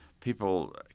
people